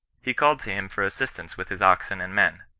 he called to him for assistance with his oxen and men.